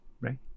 right